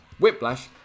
Whiplash